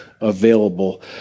available